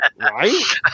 Right